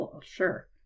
sure